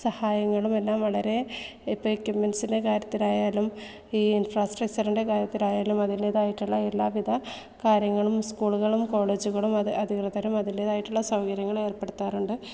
സഹായങ്ങളും എല്ലാം വളരെ ഇപ്പം എക്വിപ്മെൻസിൻ്റെ കാര്യത്തിലായാലും ഈ ഇൻഫ്രാസ്ട്രക്ചറിൻ്റെ കാര്യത്തിലായാലും അതിൻ്റേതായിട്ടുള്ള എല്ലാവിധ കാര്യങ്ങളും സ്കൂളുകളും കോളേജുകളും അധികൃതരും അതിൻ്റെതായിട്ടുള്ള സൗകര്യങ്ങൾ ഏർപ്പെടുത്താറുണ്ട്